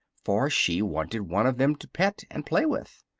for she wanted one of them to pet and play with.